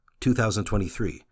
2023